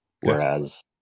Whereas